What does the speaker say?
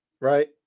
right